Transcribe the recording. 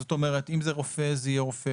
זאת אומרת אם זה רופא זה יהיה רופא